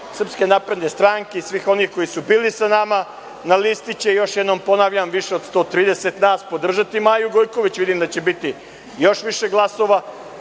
kluba SNS i svih onih koji su bili sa nama na listi će, još jednom ponavljam, više od 130 nas podržati Maju Gojković, vidim da će biti još više glasova,